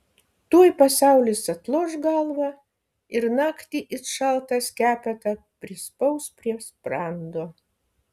tuoj pasaulis atloš galvą ir naktį it šaltą skepetą prispaus prie sprando